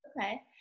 Okay